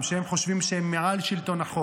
שהם חושבים שהם מעל שלטון החוק,